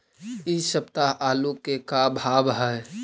इ सप्ताह आलू के का भाव है?